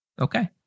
okay